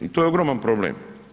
I to je ogroman problem.